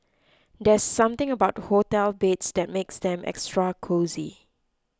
there's something about hotel beds that makes them extra cosy